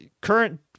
current